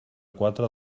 quatre